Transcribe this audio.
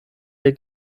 der